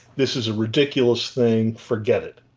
this is a ridiculous thing, forget it.